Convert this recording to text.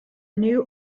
new